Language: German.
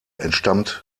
entstammt